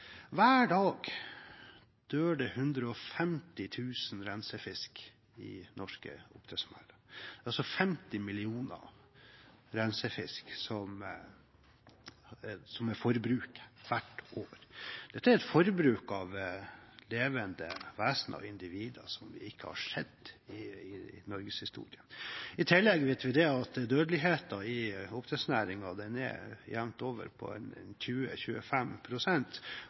Hver dag dør det 150 000 rensefisk i norske oppdrettsmerder – forbruket er altså 50 millioner rensefisk hvert år. Det er et forbruk av levende vesen og individer som vi ikke har sett i norgeshistorien. I tillegg vet vi at dødeligheten i oppdrettsnæringen er jevnt over på